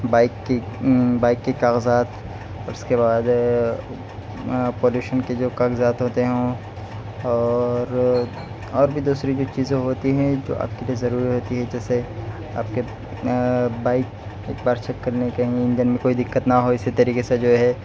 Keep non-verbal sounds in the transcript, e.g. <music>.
bike کی bike کی کاغذات اور اس کے بعد ہے پولیوشن کے جو کاغذات ہوتے ہیں وہ اور اور بھی دوسری بھی چیزیں ہوتی ہیں جو آپ کے لیے ضروری ہوتی ہے جیسے آپ کے بائک ایک بار چیک کرنے کے <unintelligible> انجن میں کوئی دقت نہ ہو اسی طریقے سے جو ہے